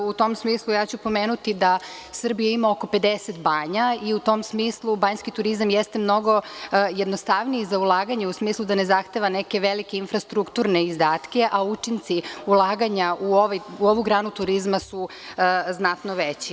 U tom smislu ja ću pomenuti da Srbija ima oko 50 banja i u tom smislu banjski turizam jeste mnogo jednostavniji za ulaganje u smislu da ne zahteva neke velika infrastrukturne izdatke, a učinci ulaganja u ovu granu turizma su znatno veći.